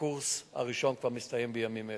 הקורס הראשון כבר מסתיים בימים אלו.